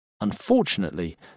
Unfortunately